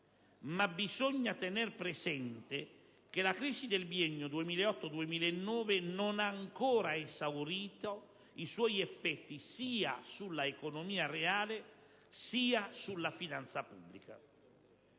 ma bisogna tener presente che la crisi del biennio 2008‑2009 non ha ancora esaurito i suoi effetti sia sull'economia reale sia sulla finanza pubblica.